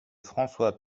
françois